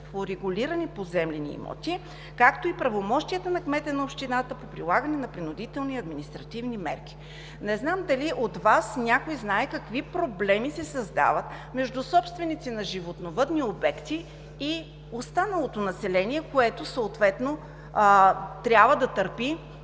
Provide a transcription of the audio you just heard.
в урегулирани поземлени имоти, както и правомощията на кмета на общината по прилагане на принудителни административни мерки“. Не знам дали някой от Вас знае какви проблеми се създават между собственици на животновъдни обекти и останалото население, което трябва да търпи